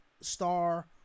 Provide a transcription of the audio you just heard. star